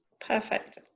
Perfect